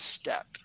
step